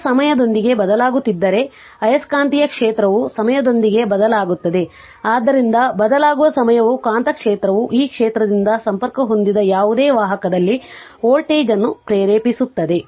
current ಸಮಯದೊಂದಿಗೆ ಬದಲಾಗುತ್ತಿದ್ದರೆ ಆಯಸ್ಕಾಂತೀಯ ಕ್ಷೇತ್ರವು ಸಮಯದೊಂದಿಗೆ ಬದಲಾಗುತ್ತದೆ ಆದ್ದರಿಂದ ಬದಲಾಗುವ ಸಮಯವು ಕಾಂತಕ್ಷೇತ್ರವು ಈ ಕ್ಷೇತ್ರದಿಂದ ಸಂಪರ್ಕ ಹೊಂದಿದ ಯಾವುದೇ ವಾಹಕದಲ್ಲಿ ವೋಲ್ಟೇಜ್ ಅನ್ನು ಪ್ರೇರೇಪಿಸುತ್ತದೆ